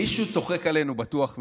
מישהו צוחק עלינו בטוח מלמעלה.